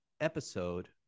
episode